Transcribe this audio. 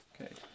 Okay